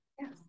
Yes